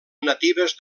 natives